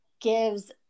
gives